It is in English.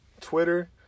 Twitter